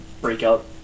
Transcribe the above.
breakout